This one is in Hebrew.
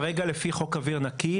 כרגע לפי חוק אוויר נקי,